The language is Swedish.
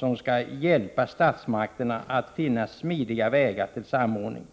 den skall hjälpa statsmakterna att finna smidiga vägar till samordning.